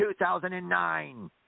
2009